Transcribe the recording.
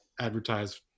advertise